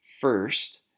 first